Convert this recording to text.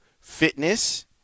fitness